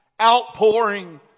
outpouring